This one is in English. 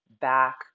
back